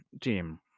team